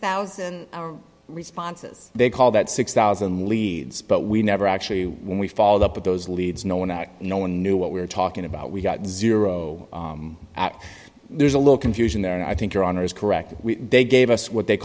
thousand responses they call that six thousand leads but we never actually when we followed up with those leads no one that no one knew what we were talking about we got zero there's a little confusion there and i think your honor is correct they gave us what they